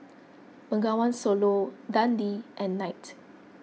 Bengawan Solo Dundee and Knight